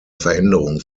veränderung